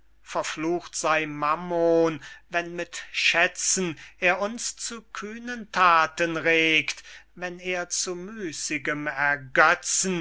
verflucht sey mammon wenn mit schätzen er uns zu kühnen thaten regt wenn er zu müßigem ergetzen